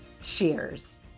Cheers